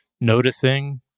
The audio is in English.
noticing